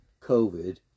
covid